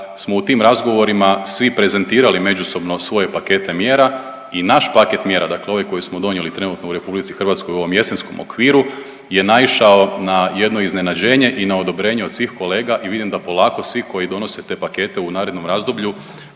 smo u tim razgovorima svi prezentirali međusobno svoje pakete mjere i naš paket mjera, dakle ovaj koji smo donijeli trenutno u RH u ovom jesenskom okviru je naišao na jedno iznenađenje i na odobrenje od svih kolega i vidim da polako svi koji donose te pakete u narednom razdoblju